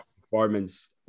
performance